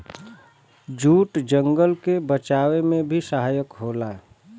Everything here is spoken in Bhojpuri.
जूट जंगल के बचावे में भी सहायक होला